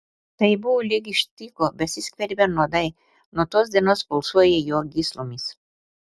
tai buvo lyg iš tyko besiskverbią nuodai nuo tos dienos pulsuoją jo gyslomis